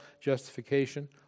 justification